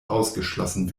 ausgeschlossen